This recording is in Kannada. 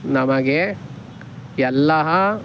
ನಮಗೆ ಎಲ್ಲಹ